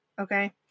Okay